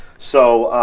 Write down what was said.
so